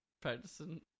Practicing